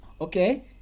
okay